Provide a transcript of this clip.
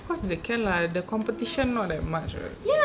of course they can lah the competition not that much